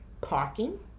parking